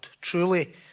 Truly